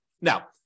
Now